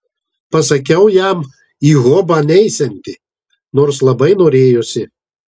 pasakiau jam į hobą neisianti nors labai norėjosi